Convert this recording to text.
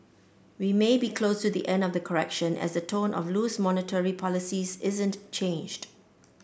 we may be close to the end of the correction as the tone of loose monetary policies isn't changed